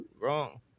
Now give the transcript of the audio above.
wrong